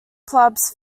clubs